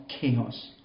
chaos